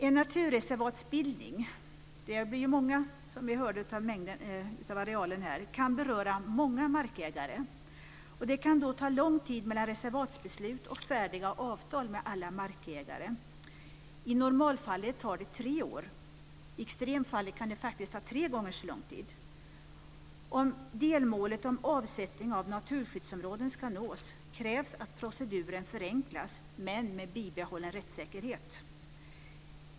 En naturreservatsbildning kan beröra många markägare. Det kan ta lång tid mellan reservatsbeslut och färdiga avtal med alla markägare. I normalfallet tar det tre år, och i extremfallet kan det ta tre gånger så lång tid. Om delmålet om avsättning av naturskyddsområden ska nås krävs att proceduren förenklas, men med bibehållen rättssäkerhet.